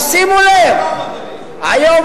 עכשיו שימו לב, היום